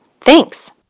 Thanks